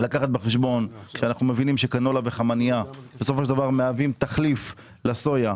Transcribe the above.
מבינים שקנולה וחמנייה מהווים תחליף לסויה,